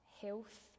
health